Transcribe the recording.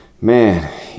man